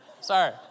Sorry